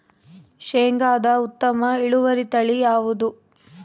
ಶೇಂಗಾದ ಉತ್ತಮ ಇಳುವರಿ ತಳಿ ಯಾವುದು?